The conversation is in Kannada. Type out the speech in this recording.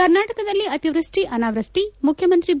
ಕರ್ನಾಟಕದಲ್ಲಿ ಅತಿವೃಷ್ಷಿ ಅನಾವೃಷ್ಷಿ ಮುಖ್ಡಮಂತ್ರಿ ಬಿ